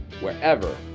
wherever